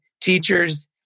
teachers